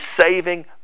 saving